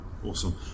Awesome